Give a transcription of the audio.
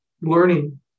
learning